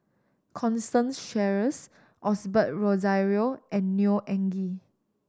Constance Sheares Osbert Rozario and Neo Anngee